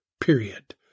period